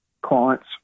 clients